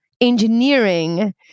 engineering